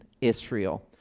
Israel